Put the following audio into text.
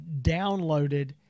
downloaded